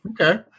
okay